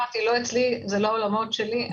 אז אמרתי, זה לא העולמות שלי.